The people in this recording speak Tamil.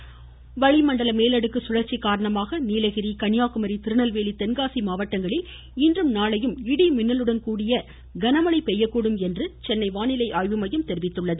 மழை வளிமண்டல மேலடுக்கு சுழற்சி காரணமாக நீலகிரி கன்னியாகுமரி திருநெல்வேலி தென்காசி மாவட்டங்களில் இன்றும் நாளையும் இடி மின்னலுடன் கூடிய கன மழை பெய்யக்கூடும் என்று சென்னை வானிலை ஆய்வு மையம் தெரிவித்துள்ளது